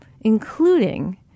including